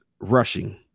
rushing